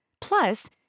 Plus